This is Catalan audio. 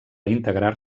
integrar